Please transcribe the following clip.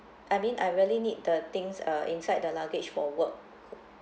I mean I really need the things uh inside the luggage for work